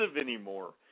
anymore